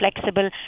flexible